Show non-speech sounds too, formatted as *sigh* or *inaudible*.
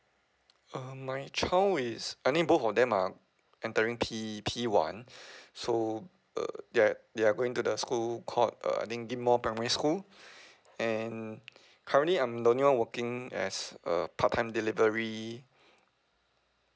um my child is I mean both of them are entering p p one *breath* so err they're they are going to the school called uh I think ghim moh primary school *breath* and *noise* currently I'm the only one working as a part time delivery *breath*